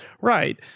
Right